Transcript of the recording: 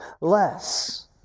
less